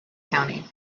county